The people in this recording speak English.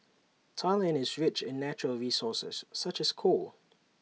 Thailand is rich in natural resources such as coal